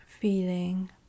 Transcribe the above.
feeling